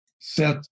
set